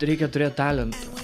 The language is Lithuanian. reikia turėt talento